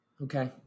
Okay